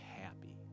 happy